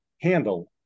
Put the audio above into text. handle